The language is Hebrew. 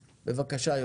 בבקשה.